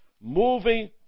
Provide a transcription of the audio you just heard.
Moving